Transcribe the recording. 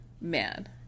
man